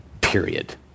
period